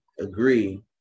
agree